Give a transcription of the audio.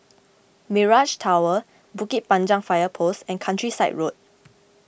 Mirage Tower Bukit Panjang Fire Post and Countryside Road